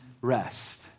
rest